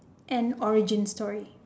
and origin story